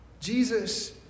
Jesus